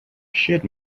should